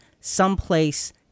someplace